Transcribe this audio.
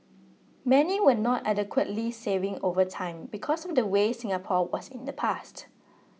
many were not adequately saving over time because of the way Singapore was in the past